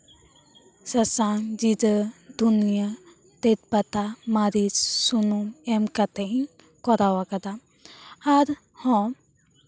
ᱥᱟᱥᱟᱝ ᱡᱤᱨᱟᱹ ᱫᱷᱩᱱᱭᱟᱹ ᱛᱮᱡᱽᱯᱟᱛᱟ ᱢᱟᱹᱨᱤᱪ ᱥᱩᱱᱩᱢ ᱮᱢ ᱠᱟᱛᱮᱫ ᱤᱧ ᱠᱚᱨᱟᱣ ᱠᱟᱫᱟ ᱟᱨᱦᱚᱸ